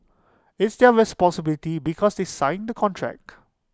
it's their responsibility because they sign the contract